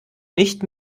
nicht